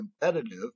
competitive